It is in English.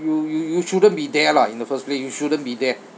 you you you shouldn't be there lah in the first place you shouldn't be there